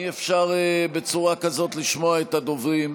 אי-אפשר בצורה כזאת לשמוע את הדוברים.